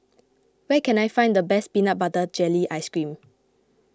where can I find the best Peanut Butter Jelly Ice Cream